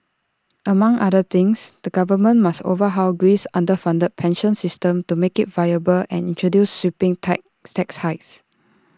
among other things the government must overhaul Greece's underfunded pension system to make IT viable and introduce sweeping tai tax hikes